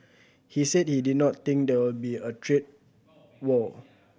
he said he did not think there will be a trade war